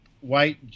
White